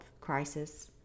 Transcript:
crisis